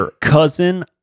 cousin